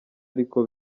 ariko